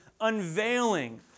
unveiling